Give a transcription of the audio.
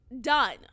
done